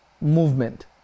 movement